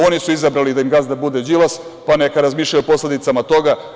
Oni su izabrali da im gazda bude Đilas, pa neka razmišljaju o posledicama toga.